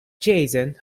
jason